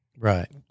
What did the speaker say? Right